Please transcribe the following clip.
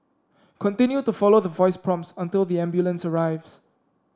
continue to follow the voice prompts until the ambulance arrives